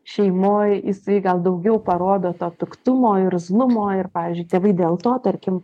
šeimoj jisai gal daugiau parodo to piktumo irzlumo ir pavyzdžiui tėvai dėl to tarkim